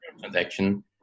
transaction